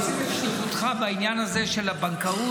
עושים את שליחותך בעניין הזה של הבנקאות,